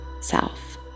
self